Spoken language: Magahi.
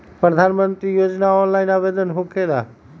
प्रधानमंत्री योजना ऑनलाइन आवेदन होकेला?